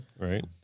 right